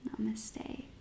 Namaste